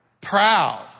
Proud